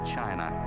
China